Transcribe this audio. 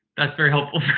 that's very helpful